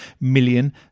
million